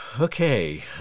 okay